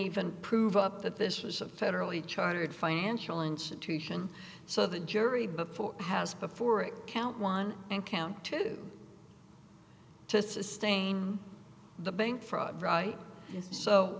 even prove up that this was a federally chartered financial institution so the jury before has before it count one and count two to sustain the bank fraud right so